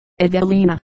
Evelina